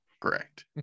Correct